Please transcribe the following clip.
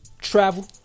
Travel